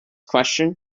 question